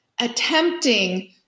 attempting